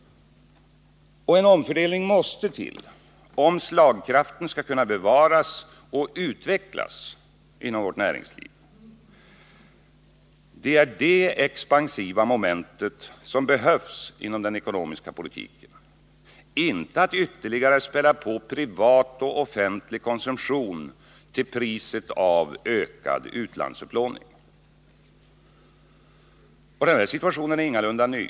En omfördelning måste till om slagkraften skall kunna bevaras och utvecklas inom vårt näringsliv. Det är det expansiva momentet som behövs inom den ekonomiska politiken, inte en ytterligare påspädning av privat och offentlig konsumtion till priset av ökad utlandsupplåning. Situationen är ingalunda ny.